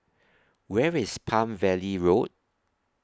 Where IS Palm Valley Road